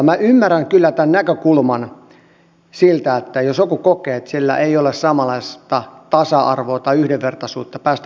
minä ymmärrän kyllä tämän näkökulman siltä kannalta että joku kokee ettei hänellä ole samanlaista tasa arvoa tai yhdenvertaisuutta päästä avioliittoon